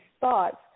thoughts